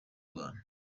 wanyu